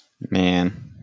Man